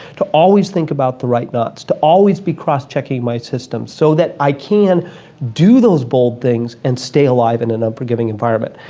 to always think about the right knots, to always be cross checking my system so that i can do those bold things and stay alive in an unforgiving environment,